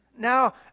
Now